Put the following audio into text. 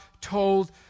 told